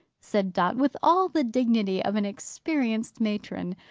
said dot, with all the dignity of an experienced matron.